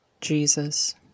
Jesus